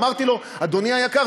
אמרתי לו: אדוני היקר,